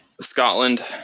Scotland